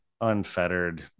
unfettered